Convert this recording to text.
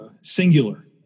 singular